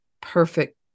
perfect